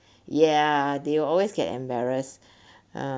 ya they will always get embarrassed um